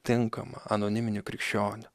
tinkamą anoniminių krikščionių